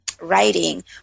writing